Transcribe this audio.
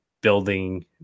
building